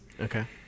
okay